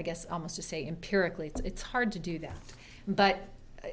i guess almost to say empirically it's hard to do that but